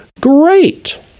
Great